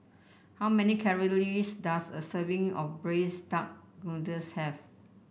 how many calories does a serving of Braised Duck Noodles have